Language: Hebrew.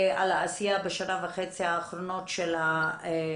על העשייה בשנה וחצי האחרונות שלכם.